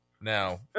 Now